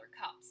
cups